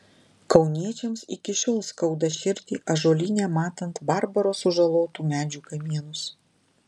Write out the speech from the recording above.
kauniečiams iki šiol skauda širdį ąžuolyne matant barbaro sužalotų medžių kamienus